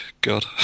God